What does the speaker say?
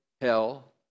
hell